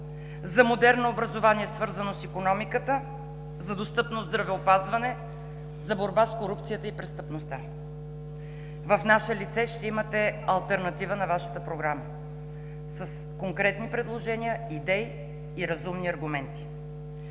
за модерно образование, свързано с икономиката, за достъпно здравеопазване, за борба с корупцията и престъпността. В наше лице ще имате алтернатива на Вашата програма с конкретни предложения, идеи и разумни аргументи.